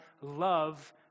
love